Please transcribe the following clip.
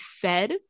fed